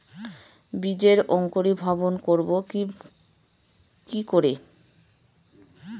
বীজের অঙ্কোরি ভবন করব কিকরে?